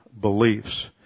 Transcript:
beliefs